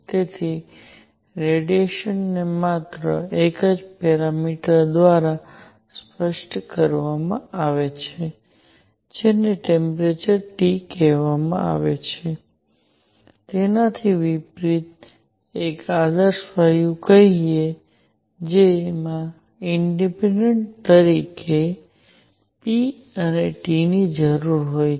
તેથી રેડિયેશનને માત્ર એક જ પેરામિટર દ્વારા સ્પષ્ટ કરવામાં આવે છે જેને ટેમ્પરેચર T કહેવામાં આવે છે તેનાથી વિપરીત એક આદર્શ વાયુ કહીએ કે જેમાં ઇન્ડએપેન્ડન્ટ રીતે p અને T ની જરૂર હોય